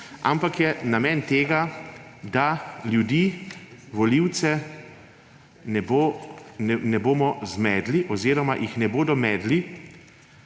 ampak je namen tega, da ljudi, volivcev ne bomo zmedli oziroma jih ne bodo medli